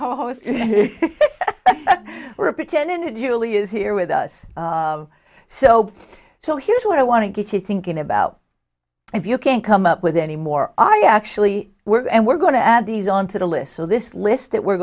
because we're pretending it usually is here with us so so here's what i want to get it thinking about if you can come up with any more i actually work and we're going to add these on to the list so this list that we're